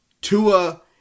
Tua